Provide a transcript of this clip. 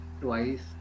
twice